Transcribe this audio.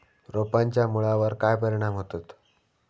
रोपांच्या मुळावर काय परिणाम होतत?